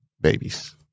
Babies